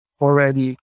already